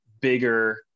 bigger